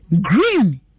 green